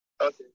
Okay